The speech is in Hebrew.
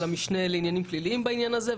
המשנה לעניינים פליליים בעניין הזה,